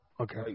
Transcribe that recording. Okay